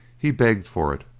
he begged for it,